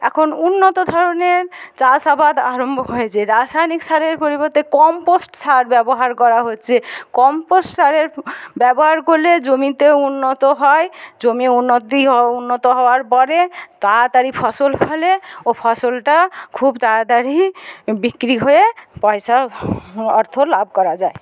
এখন উন্নত ধরনের চাষ আবাদ আরম্ভ হয়েছে রাসায়নিক সারের পরিবর্তে কম্পোস্ট সার ব্যবহার করা হচ্ছে কম্পোস্ট সারের ব্যবহার করলে জমিতে উন্নত হয় জমি উন্নতি উন্নত হওয়ার পরে তাড়াতাড়ি ফসল ফলে ও ফসলটা খুব তাড়াতাড়ি বিক্রি হয়ে পয়সা অর্থ লাভ করা যায়